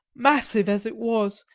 massive as it was,